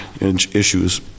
issues